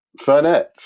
Fernet